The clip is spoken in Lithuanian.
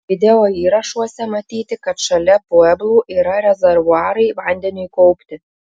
videoįrašuose matyti kad šalia pueblų yra rezervuarai vandeniui kaupti